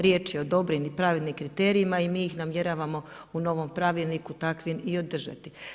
Riječ je o dobrim i pravednim kriterijima i mi ih namjeravamo u novom pravilniku takvim i održati.